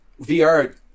VR